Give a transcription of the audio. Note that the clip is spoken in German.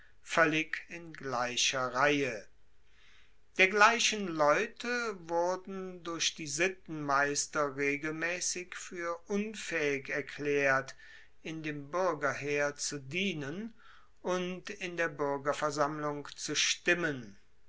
voellig in gleicher reihe dergleichen leute wurden durch die sittenmeister regelmaessig fuer unfaehig erklaert in dem buergerheer zu dienen und in der buergerversammlung zu stimmen